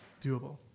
Doable